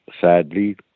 sadly